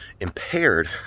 impaired